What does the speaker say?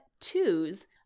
twos